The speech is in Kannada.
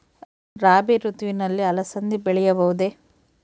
ರಾಭಿ ಋತುವಿನಲ್ಲಿ ಅಲಸಂದಿ ಬೆಳೆಯಬಹುದೆ?